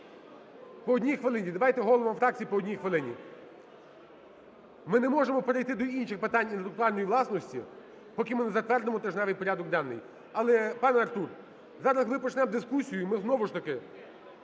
По одній хвилині. Давайте головам фракцій по одній хвилині. Ми не можемо перейти до інших питань інтелектуальної власності, поки ми не затвердимо тижневий порядок денний. Але, пане Артур, зараз ми почнемо дискусію, і ми знову ж таки,